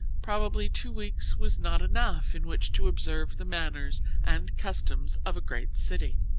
probably two weeks was not enough in which to observe the manners and customs of a great city.